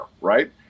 right